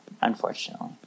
Unfortunately